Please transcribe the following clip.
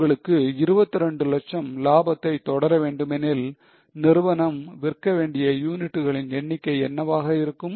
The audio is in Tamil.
உங்களுக்கு 22 லட்சம் லாபத்தை தொடர வேண்டுமெனில் நிறுவனம் விற்க வேண்டிய யூனிட்டுகளின் எண்ணிக்கை என்னவாக இருக்கும்